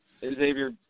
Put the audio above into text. Xavier